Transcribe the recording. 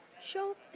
show